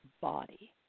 body